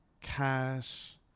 cash